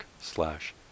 slash